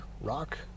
rock